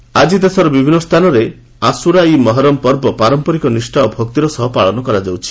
ମହରମ୍ ଆକି ଦେଶର ବିଭିନ୍ନ ସ୍ଥାନରେ ଆଶୁରା ଇ ମୁହରମ୍ ପର୍ବ ପାରମ୍ପରିକ ନିଷ୍ଠା ଓ ଭକ୍ତିର ସହ ପାଳନ କରାଯାଉଛି